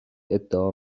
ادعا